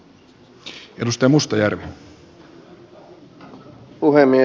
arvoisa puhemies